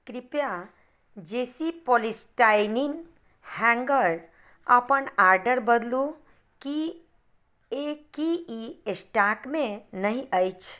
कृपया J C polystyrene hanger अपन order बदलू किएकि ई स्टॉकमे नहि अछि